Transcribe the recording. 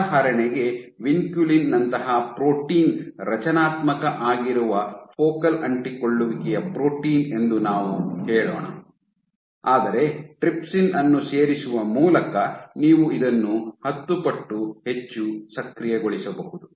ಉದಾಹರಣೆಗೆ ವಿನ್ಕುಲಿನ್ ನಂತಹ ಪ್ರೋಟೀನ್ ರಚನಾತ್ಮಕ ಆಗಿರುವ ಫೋಕಲ್ ಅಂಟಿಕೊಳ್ಳುವಿಕೆಯ ಪ್ರೋಟೀನ್ ಎಂದು ನಾವು ಹೇಳೋಣ ಆದರೆ ಟ್ರಿಪ್ಸಿನ್ ಅನ್ನು ಸೇರಿಸುವ ಮೂಲಕ ನೀವು ಇದನ್ನು ಹತ್ತು ಪಟ್ಟು ಹೆಚ್ಚು ಸಕ್ರಿಯಗೊಳಿಸಬಹುದು